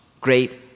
great